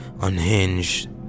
unhinged